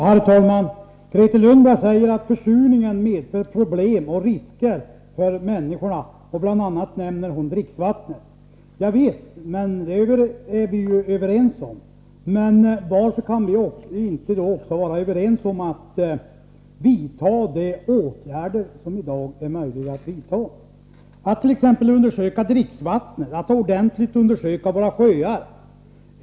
Herr talman! Grethe Lundblad säger att försurningen medför problem och risker för människorna. Hon nämner bl.a. dricksvattnet. Javisst, det är vi överens om. Men varför kan vi inte också vara överens om att de åtgärder skall vidtas som det i dag är möjligt att vidta? Man skulle t.ex. kunna undersöka dricksvattnet, och man skulle kunna ordentligt undersöka våra sjöar.